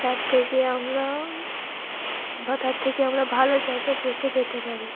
তার থেকে আমরা বা তার থেকে আমরা ভালো জাত পশু পেতে পারি